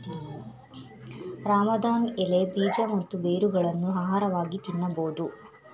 ರಾಮದಾನ್ ಎಲೆ, ಬೀಜ ಮತ್ತು ಬೇರುಗಳನ್ನು ಆಹಾರವಾಗಿ ತಿನ್ನಬೋದು